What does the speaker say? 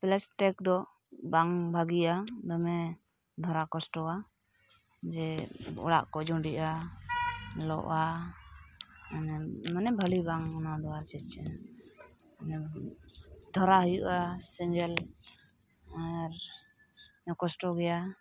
plastic ᱫᱚ ᱵᱟᱝ ᱵᱷᱟᱜᱮᱭᱟ ᱫᱚᱢᱮ ᱫᱷᱚᱨᱟ ᱠᱚᱥᱴᱚᱣᱟ ᱡᱮ ᱚᱲᱟᱜᱠᱚ ᱡᱩᱸᱰᱤᱜᱼᱟ ᱞᱚᱜᱼᱟ ᱢᱟᱱᱮ ᱵᱷᱟᱹᱞᱤ ᱵᱟᱝ ᱟᱨ ᱪᱮᱫ ᱫᱷᱚᱨᱟᱣ ᱦᱩᱭᱩᱜᱼᱟ ᱥᱮᱸᱜᱮᱞ ᱟᱨ ᱠᱚᱥᱴᱚ ᱜᱮᱭᱟ